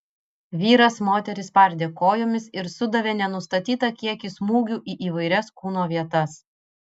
vyras moterį spardė kojomis ir sudavė nenustatytą kiekį smūgių į įvairias kūno vietas